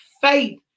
faith